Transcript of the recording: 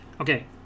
Okay